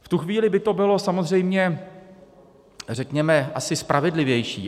V tu chvíli by to bylo samozřejmě, řekněme, asi spravedlivější.